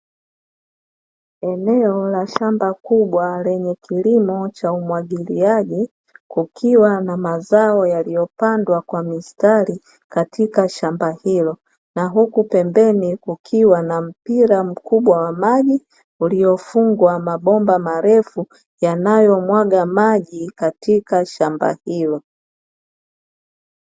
Eneo la shamba kubwa lenye kilimo cha umwagiliaji, kukiwa na mazao yaliyopandwa kwa mistari katika shamba hilo, na huku pembeni kukiwa na mpira mkubwa wa maji uliofungwa mabomba marefu yanayomwaga maji katika shamba hilo.